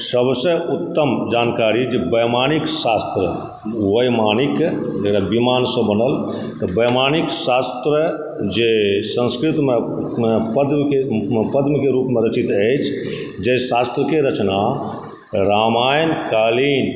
सबसँ उत्तम जानकारी जे प्रमाणिक शास्त्र वैमानिक जे विमानसंँ बनल तऽ वैमानिक शास्त्र जे संस्कृतमे पद्मके रूप पद्मके रूपमे रचित अछि जे शास्त्रके रचना रामायणकालीन